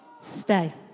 stay